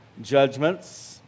judgments